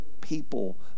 people